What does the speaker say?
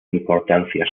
importancia